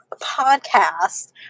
podcast